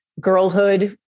Girlhood